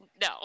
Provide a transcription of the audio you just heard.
no